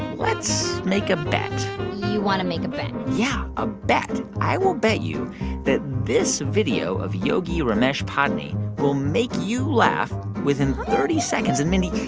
let's make a bet you want to make a bet yeah, a bet. i will bet you that this video of yogi ramesh padney will make you laugh within thirty seconds. and, mindy,